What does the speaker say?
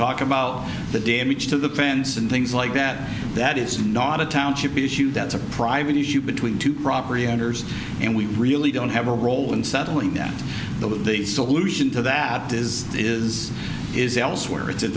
talk about the damage to the fence and things like that that is not a township issue that's a private issue between two property owners and we really don't have a role in settling down no the solution to that is is is elsewhere it's